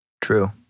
True